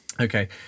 Okay